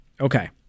Okay